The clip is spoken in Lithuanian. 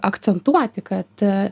akcentuoti kad